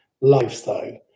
lifestyle